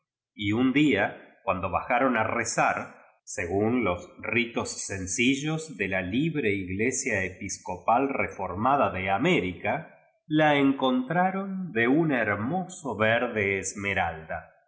y un día cuan do bajaron a rezar según los ritos sencillos de la libre iglesia episcopal reformada de américa la encontraron de un hermoso ver de esmeralda